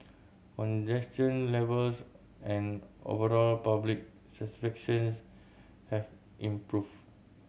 congestion levels and overall public satisfactions have improved